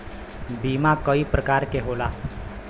बीमा कई परकार के होला